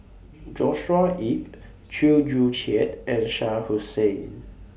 Joshua Ip Chew Joo Chiat and Shah Hussain